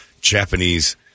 Japanese